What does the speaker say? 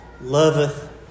loveth